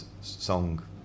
song